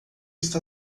está